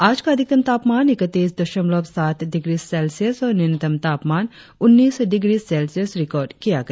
आज का अधिकतम तापमान इकत्तीस दशमलव सात डिग्री सेल्सियस और न्यूनतम तापमान उन्नीस डिग्री सेल्सियस रिकार्ड किया गया